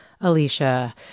Alicia